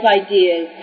ideas